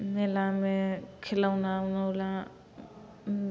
मेलामे खिलौना उलौना